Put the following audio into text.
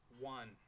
one